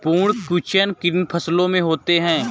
पर्ण कुंचन किन फसलों में होता है?